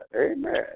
Amen